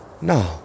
No